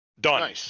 Done